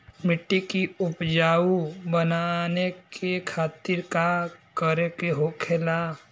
मिट्टी की उपजाऊ बनाने के खातिर का करके होखेला?